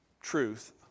truth